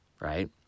right